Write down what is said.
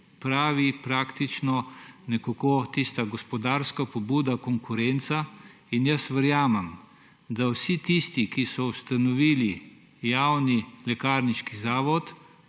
vzpostavi nekako gospodarska pobuda, konkurenca. In jaz verjamem, da vsi tisti, ki so ustanovili javni lekarniški zavod,